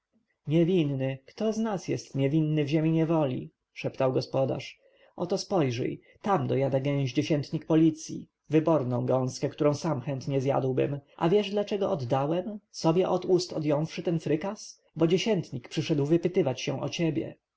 gość niewinny kto z nas jest niewinny w ziemi niewoli szeptał gospodarz oto spojrzyj tam dojada gęś dziesiętnik z policji wyborną gąskę którą sam chętnie zjadłbym a wiesz dlaczego oddałem sobie od ust odjąwszy ten frykas bo dziesiętnik przyszedł wypytywać się o ciebie